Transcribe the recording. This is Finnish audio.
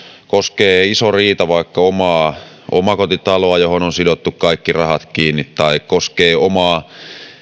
koskee isoa riitaa vaikka omakotitalosta johon on sidottu kaikki rahat kiinni tai omaa